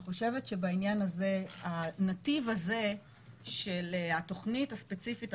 אני חושבת שבעניין הזה הנתיב הזה של התוכנית הספציפית,